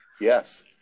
Yes